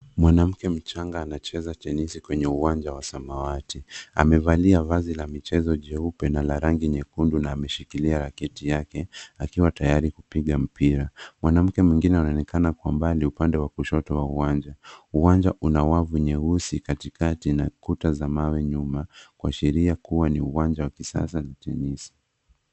Mwanamke mchanga anacheza tenesi kwenye uwanja wa samawati. Amevalia vazi la michezo jeupe na la rangi nyekundu na ameshikilia raketi yake akiwa tayari kupiga mpira. Mwanamke mwingine anaonekana kwa mbali upande wa kushoto wa uwanja. Uwanja Una wavu nyeusi katikati na ukuta za mawe nyuma kuashiria kuwa ni uwanja wa kisasa na chenye usi.